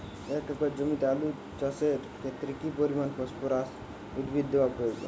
এক একর জমিতে আলু চাষের ক্ষেত্রে কি পরিমাণ ফসফরাস উদ্ভিদ দেওয়া উচিৎ?